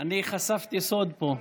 ב-1 ביוני, אני חשפתי סוד פה.